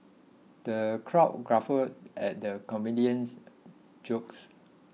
the crowd guffawed at the comedian's jokes